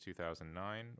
2009